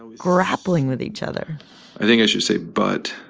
grappling with each other i think i should say butt.